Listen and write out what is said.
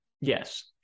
Yes